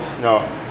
No